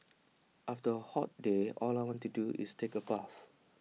after A hot day all I want to do is take A bath